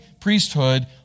priesthood